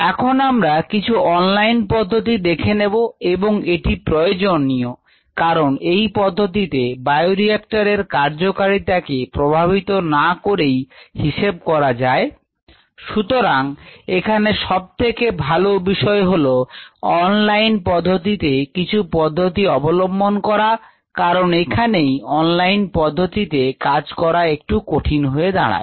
এখন আমরা কিছু অনলাইন পদ্ধতি দেখে নেব এবং এটি প্রয়োজনীয় কারণ এই পদ্ধতিতে বায়ো রিয়েক্টর এর কার্যকারিতা কে প্রভাবিত না করেই হিসেব করা যায় সুতরাং এখানে সব থেকে ভাল বিষয় হল অনলাইন পদ্ধতিতে কিছু পদ্ধতি অবলম্বন করা কারণ এখানেই অনলাইন পদ্ধতিতে কাজ করা একটু কঠিন হয়ে দাঁড়ায়